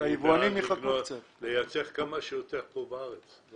אני בעד לייצר כמה שיותר פה בארץ.